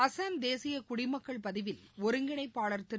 அசாம் தேசியகுடிமக்கள் பதிவில் ஒருங்கிணைப்பாளர் திரு